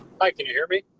i can you hear me.